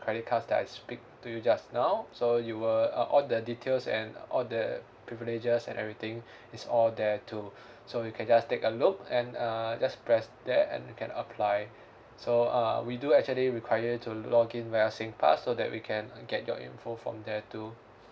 credit cards that I speak to you just now so you will uh all the details and all the privileges and everything is all there too so you can just take a look and uh just press that and can apply so uh we do actually require you to login via singpass so that we can get your info from there too